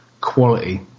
quality